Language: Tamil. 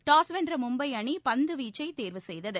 டாஸ் வென்ற மும்பை அணி பந்து வீச்சை தேர்வு செய்தது